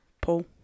Paul